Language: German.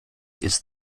ist